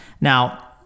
Now